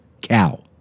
cow